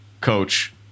coach